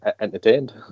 entertained